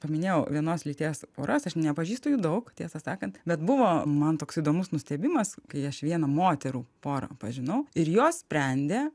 paminėjau vienos lyties poras aš nepažįstu jų daug tiesą sakant bet buvo man toks įdomus nustebimas kai aš vieną moterų porą pažinau ir jos sprendė